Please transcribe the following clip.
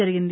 జరిగింది